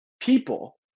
people